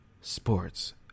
Sports